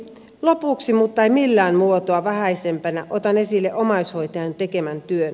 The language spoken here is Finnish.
lopuksi mutta ei millään muotoa vähäisimpänä otan esille omaishoitajien tekemän työn